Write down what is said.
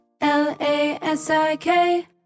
L-A-S-I-K